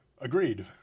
Agreed